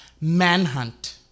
manhunt